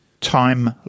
Time